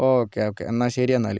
okay okay എന്നാൽ ശരി എന്നാൽ